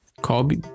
Kobe